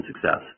success